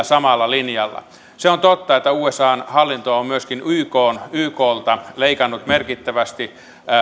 samalla linjalla se on totta että usan hallinto on myöskin yklta leikannut merkittävästi